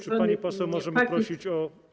Czy pani poseł, możemy prosić o.